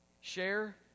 share